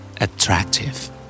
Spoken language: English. Attractive